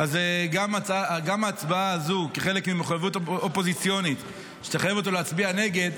אז גם ההצבעה הזאת כחלק ממחויבות אופוזיציונית שתחייב אותו להצביע נגד,